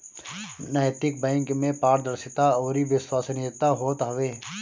नैतिक बैंक में पारदर्शिता अउरी विश्वसनीयता होत हवे